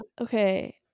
Okay